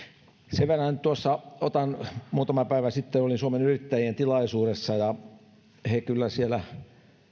sen verran nyt otan tuossa esille kun muutama päivä sitten olin suomen yrittäjien tilaisuudessa että he kyllä siellä